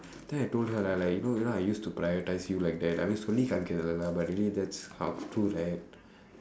then I told her like like you know you know I used to prioritise you like that I was but really that's hard to right